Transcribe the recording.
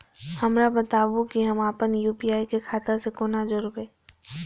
हमरा बताबु की हम आपन यू.पी.आई के खाता से कोना जोरबै?